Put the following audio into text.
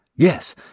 Yes